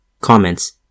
Comments